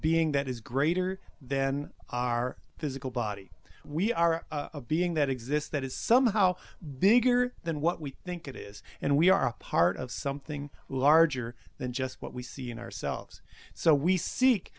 being that is greater than our physical body we are a being that exists that is somehow bigger than what we think it is and we are a part of something larger than just what we see in ourselves so we seek